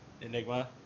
Enigma